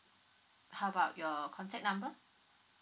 how about your contact number